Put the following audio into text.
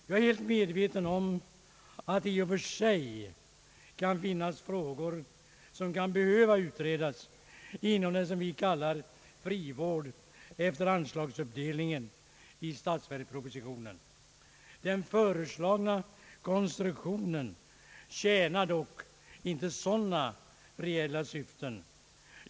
Jag är helt medveten om att det i och för sig kan finnas frågor som skulle behöva utredas inom det område som vi kallar frivård, efter anslagsuppdelning en i statsverkspropositionen. Den föreslagna konstruktionen tjänar dock inte sådana reella syften.